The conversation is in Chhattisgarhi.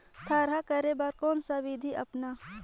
थरहा करे बर कौन सा विधि अपन?